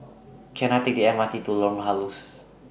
Can I Take The M R T to Lorong Halus